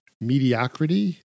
mediocrity